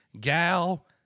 gal